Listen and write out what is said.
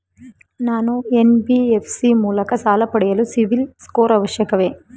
ನಾನು ಎನ್.ಬಿ.ಎಫ್.ಸಿ ಮೂಲಕ ಸಾಲ ಪಡೆಯಲು ಸಿಬಿಲ್ ಸ್ಕೋರ್ ಅವಶ್ಯವೇ?